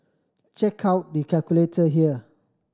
check out the calculator here